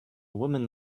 woman